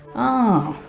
oh,